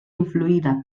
influïda